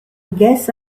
guess